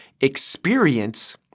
experience –